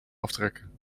aftrekken